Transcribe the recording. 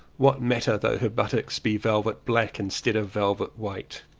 what matter though her buttocks be velvet black instead of velvet white?